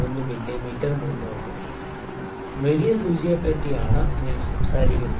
03 millimetre മുന്നോട്ട് വലിയ സൂചിയെ പറ്റി ആണ് ഞാൻ സംസാരിക്കുന്നത്